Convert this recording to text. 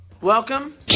Welcome